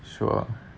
sure